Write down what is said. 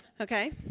okay